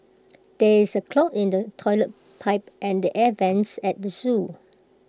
there is A clog in the Toilet Pipe and the air Vents at the Zoo